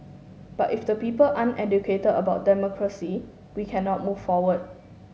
but if the people aren't educated about democracy we cannot move forward